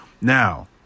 Now